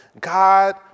God